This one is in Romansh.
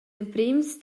emprems